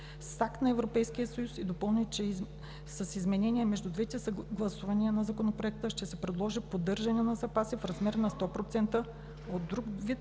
акт на Европейския съюз и допълни, че с изменение между двете гласувания на Законопроекта ще се предложи поддържане на запаси в размер на 100% от друг вид